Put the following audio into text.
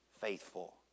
faithful